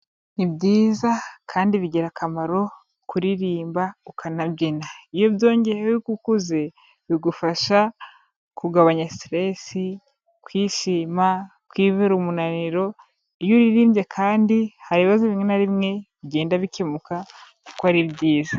Ni byiza kandi bigira akamaro kuririmba ukanabyina. Iyo byongeyeho ko ukuze bigufasha kugabanya stress, kwishima, kwivura umunaniro, iyo uririmbye kandi, hari ibibazo bimwe na bimwe bigenda bikemuka kuko ari byiza.